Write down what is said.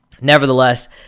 nevertheless